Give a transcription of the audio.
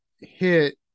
hit